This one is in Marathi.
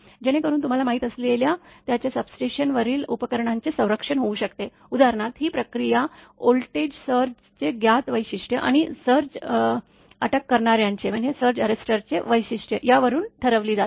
जेणेकरून तुम्हाला माहीत असलेल्या त्याचे सबस्टेशन वेरील उपकरणांचे संरक्षण होऊ शकते उदाहरणार्थ ही प्रक्रिया व्होल्टेज सर्जचे ज्ञात वैशिष्ट्य आणि सर्ज अटक करणाऱ्यांचे वैशिष्ट्य यावरून ठरवली जाते